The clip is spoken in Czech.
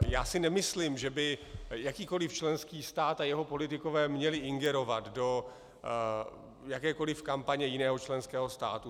Já si nemyslím, že by jakýkoliv členský stát a jeho politikové měli ingerovat do jakékoliv kampaně jiného členského státu.